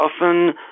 Often